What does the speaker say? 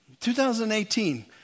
2018